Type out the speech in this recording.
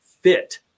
fit